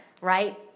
Right